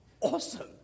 awesome